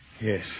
Yes